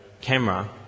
camera